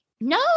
No